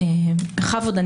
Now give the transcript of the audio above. בכבוד,